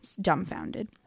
dumbfounded